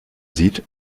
sieht